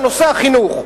בנושא החינוך.